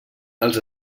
als